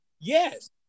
Yes